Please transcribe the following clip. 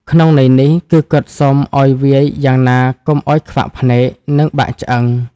ក្នុងន័យនេះគឺគាត់សុំឲ្យវាយយ៉ាងណាកុំឲ្យខ្វាក់ភ្នែក និងបាក់ឆ្អឹង ។